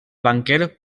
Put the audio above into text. banquer